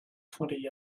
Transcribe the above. twenty